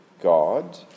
God